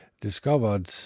discovered